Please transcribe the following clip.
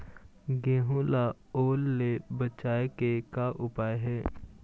गेहूं ला ओल ले बचाए के का उपाय हे?